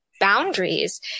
boundaries